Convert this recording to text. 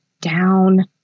down